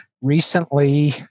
recently